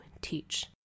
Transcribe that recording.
teach